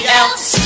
else